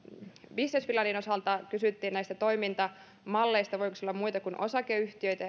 business finlandin osalta sen kun edustaja pirttilahden toimesta kysyttiin näistä toimintamalleista että voiko siellä olla muita kuin osakeyhtiöitä